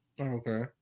Okay